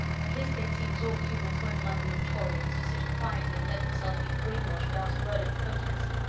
at least they'd see that all humans weren't like the mentorians, to sit quietly and let themselves be brainwashed without a word of protest.